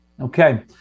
Okay